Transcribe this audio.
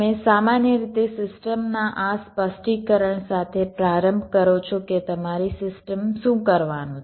તમે સામાન્ય રીતે સિસ્ટમના આ સ્પષ્ટીકરણ સાથે પ્રારંભ કરો છો કે તમારી સિસ્ટમ શું કરવાનું છે